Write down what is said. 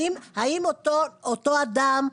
האם אותו אדם יגיד: